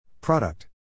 Product